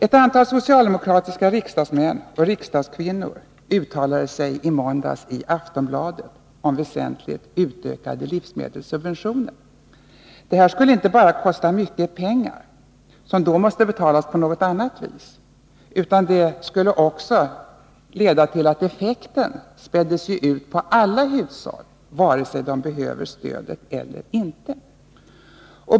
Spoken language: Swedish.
Ett antal socialdemokratiska riksdagsmän och riksdagskvinnor uttalade sig i måndags i Aftonbladet om en väsentlig utökning av livsmedelssubventionerna. Det skulle inte bara kosta mycket pengar, som då måste skaffas fram på något annat vis, utan det skulle också leda till att effekten späddes ut på alla hushåll, vare sig de behöver stödet eller inte.